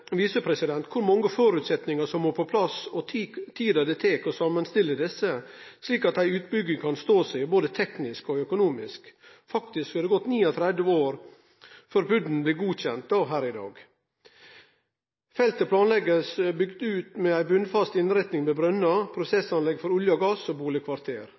kor mange føresetnader som må på plass, og tida det tar å samanstille desse slik at ei utbygging kan stå seg både teknisk og økonomisk. Faktisk har det gått 39 år før PUD-en blir godkjent her i dag. Feltet blir planlagt bygd ut med ei botnfast innretning med brønnar, prosessanlegg for olje og gass og